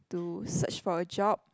to search for a job